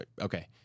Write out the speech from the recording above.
okay